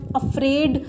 afraid